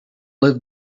live